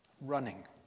running